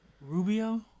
Rubio